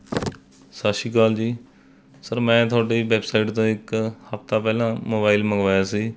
ਸਤਿ ਸ਼੍ਰੀ ਅਕਾਲ ਜੀ ਸਰ ਮੈਂ ਤੁਹਾਡੀ ਵੈੱਬਸਾਈਟ ਤੋਂ ਇੱਕ ਹਫ਼ਤਾ ਪਹਿਲਾਂ ਮੋਬਾਈਲ ਮੰਗਵਾਇਆ ਸੀ